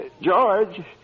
George